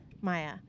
Maya